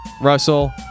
Russell